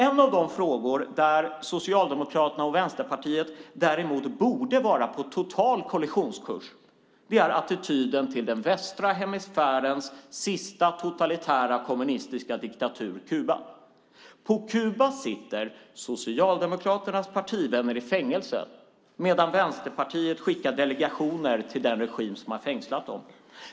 En av de frågor där Socialdemokraterna och Vänsterpartiet borde vara på total kollisionskurs är attityden till den västra hemisfärens sista totalitära kommunistiska diktatur, Kuba. På Kuba sitter Socialdemokraternas partivänner i fängelse medan Vänsterpartiet skickar delegationer till den regim som har fängslat dem.